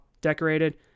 decorated